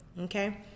Okay